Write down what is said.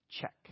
Check